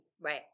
Right